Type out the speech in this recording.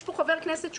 יש פה חבר כנסת פורש,